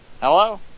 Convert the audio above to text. hello